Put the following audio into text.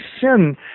sin